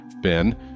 Ben